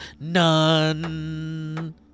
none